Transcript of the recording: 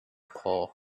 pull